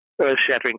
earth-shattering